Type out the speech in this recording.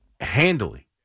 handily